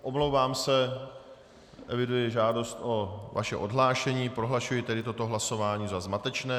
Omlouvám se, eviduji žádost o vaše odhlášení, prohlašuji tedy toto hlasování za zmatečné.